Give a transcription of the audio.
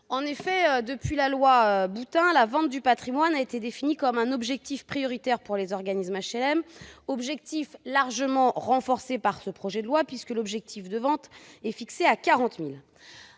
d'HLM. Depuis la loi Boutin, la vente du patrimoine a été définie comme un objectif prioritaire pour les organismes d'HLM, objectif largement renforcé par ce projet de loi, puisqu'il est fixé à 40 000